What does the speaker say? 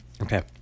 Okay